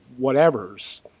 whatevers